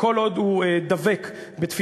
וכל עוד הוא דבק בתפיסתו,